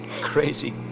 Crazy